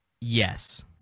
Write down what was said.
yes